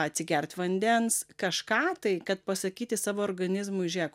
atsigert vandens kažką tai kad pasakyti savo organizmui žiūrėk